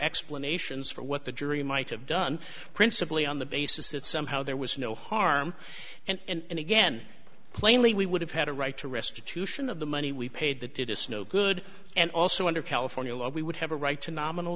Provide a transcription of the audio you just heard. explanations for what the jury might have done principally on the basis that somehow there was no harm and again plainly we would have had a right to restitution of the money we paid that did us no good and also under california law we would have a right to nominal